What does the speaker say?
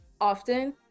often